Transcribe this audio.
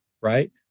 right